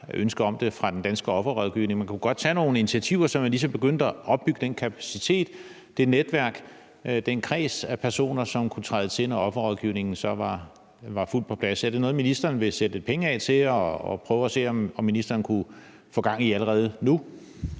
ønske om det, fra den danske offerrådgivning? Man kunne godt tage nogle initiativer, så man ligesom begyndte at opbygge den kapacitet og det netværk, den kreds af personer, som kunne træde til, når offerrådgivningen så var fuldt på plads. Er det noget, ministeren vil sætte penge af til og prøve at se om ministeren kunne få gang i allerede nu?